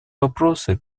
вопросы